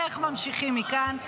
איך ממשיכים מכאן?